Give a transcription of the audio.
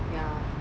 ya